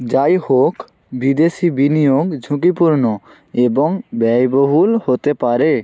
যাই হোক বিদেশি বিনিয়োগ ঝুঁকিপূর্ণ এবং ব্যয়বহুল হতে পারে